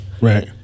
Right